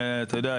אתה יודע,